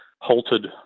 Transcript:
halted